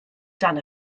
dan